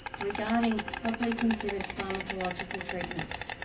regarding properly considered pharmacological treatments,